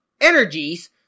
energies